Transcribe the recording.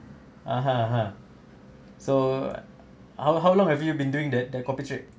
(uh huh) ha so how how long have you been doing that that copy trade